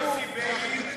יוסי ביילין,